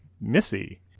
Missy